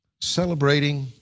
Celebrating